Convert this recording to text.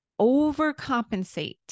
overcompensate